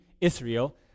Israel